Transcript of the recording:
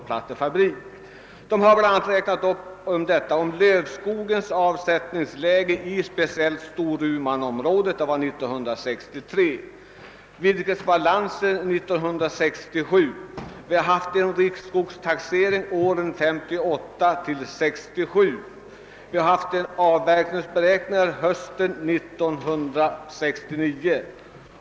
Samarbetsutskottet hänvisar bl.a. till utredningen Lövskogens avsättningsläge i Storumanområdet samt till SOU-utredningen Virkesbalanser 1967. Vidare hänvisas till publikationen Riksskogstaxeringen åren 1958—1967 och till skriften Avverkningsberäkningar, «hösten 1969.